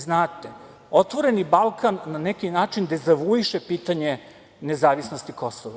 Znate, „Otvoreni Balkan“ na neki način dezavuiše pitanje nezavisnosti Kosova.